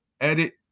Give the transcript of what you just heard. edit